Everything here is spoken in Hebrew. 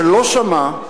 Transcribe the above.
שלא שמע,